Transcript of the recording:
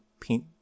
paint